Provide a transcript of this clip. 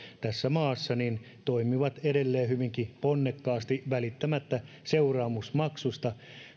tässä maassa toimivat edelleen hyvinkin ponnekkaasti välittämättä seuraamusmaksuista